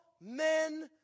men